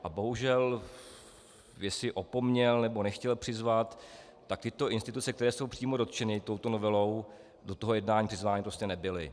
A bohužel jestli opomněl, nebo nechtěl přizvat, tak tyto instituce, které jsou přímo dotčeny touto novelou, do toho jednání přizvány prostě nebyly.